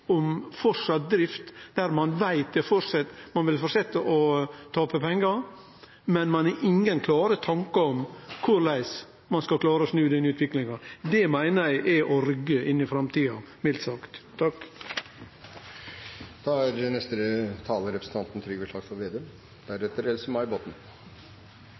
om framleis drift der ein veit ein vil fortsetje å tape pengar, men ikkje har klare tankar om korleis ein skal klare å snu utviklinga. Det meiner eg er å ryggje inn i framtida, mildt sagt.